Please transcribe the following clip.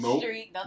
street